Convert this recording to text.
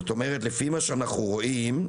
לפי מה שאנחנו רואים,